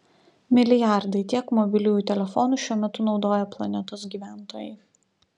milijardai tiek mobiliųjų telefonų šiuo metu naudoja planetos gyventojai